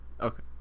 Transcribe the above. Okay